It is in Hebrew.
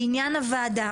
לעניין הוועדה,